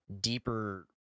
deeper